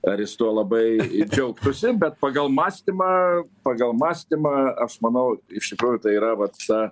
ar jis tuo labai džiaugtųsi bet pagal mąstymą pagal mąstymą aš manau iš tikrųjų tai yra va ta